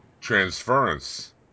Transference